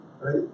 Right